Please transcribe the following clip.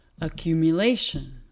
accumulation